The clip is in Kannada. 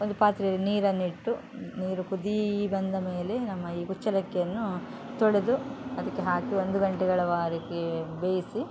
ಒಂದು ಪಾತ್ರೆಯಲಿ ನೀರನ್ನಿಟ್ಟು ನೀರು ಕುದಿ ಬಂದ ಮೇಲೆ ನಮ್ಮ ಈ ಕುಚ್ಚಲಕ್ಕಿಯನ್ನು ತೊಳೆದು ಅದಕ್ಕೆ ಹಾಕಿ ಒಂದು ಗಂಟೆಗಳ ವಾರಕೆ ಬೇಯಿಸಿ